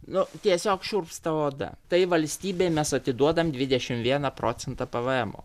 nu tiesiog šiurpsta oda tai valstybei mes atiduodame dvidešimt vieną procentą pvmo